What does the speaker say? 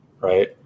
right